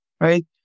right